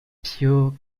pure